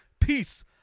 peace